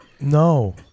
no